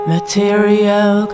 Material